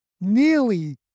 nearly